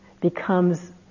becomes